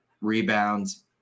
rebounds